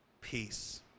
peace